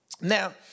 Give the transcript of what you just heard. Now